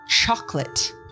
Chocolate